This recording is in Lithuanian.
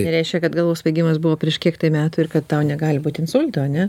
tai nereiškia kad galvos svaigimas buvo prieš kiek metų ir kad tau negali būti insulto ane